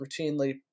routinely